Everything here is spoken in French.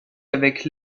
avec